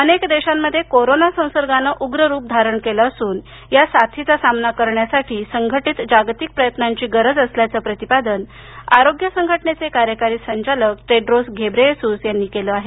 अनेक देशांमध्ये कोरोना संसर्गानं उग्र रूप धारण केलं असून या साथीचा सामना करण्यासाठी संघटित जागतिक प्रयत्नांची गरज असल्याचं प्रतिपादन आरोग्य संघटनेचे कार्यकारी संचालक टेड्रोस घेब्रेयेसूस यांनी म्हटलं आहे